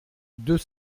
deux